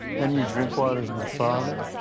henry drinkwater was my father?